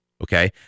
okay